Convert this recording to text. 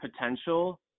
potential